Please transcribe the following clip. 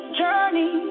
journey